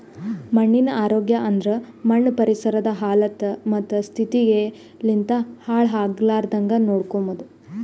ಮಣ್ಣಿನ ಆರೋಗ್ಯ ಅಂದುರ್ ಮಣ್ಣು ಪರಿಸರದ್ ಹಲತ್ತ ಮತ್ತ ಸ್ಥಿತಿಗ್ ಲಿಂತ್ ಹಾಳ್ ಆಗ್ಲಾರ್ದಾಂಗ್ ನೋಡ್ಕೊಮದ್